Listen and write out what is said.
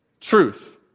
truth